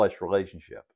relationship